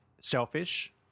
selfish